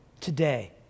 today